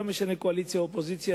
לא משנה אם קואליציה או אופוזיציה,